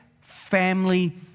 family